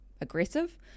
aggressive